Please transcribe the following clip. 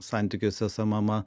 santykiuose su mama